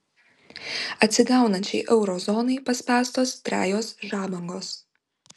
atsigaunančiai euro zonai paspęstos trejos žabangos